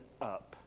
up